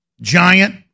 giant